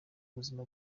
ubuzima